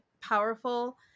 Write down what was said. powerful